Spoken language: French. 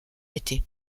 été